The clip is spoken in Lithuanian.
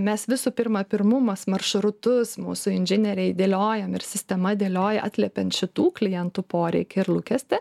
mes visų pirma pirmumas maršrutus mūsų inžinieriai dėliojam ir sistema dėlioja atliepiant šitų klientų poreikį ir lūkestį